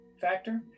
factor